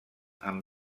amb